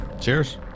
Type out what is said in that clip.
cheers